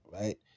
right